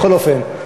בכל אופן,